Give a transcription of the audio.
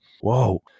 Whoa